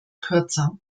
kürzer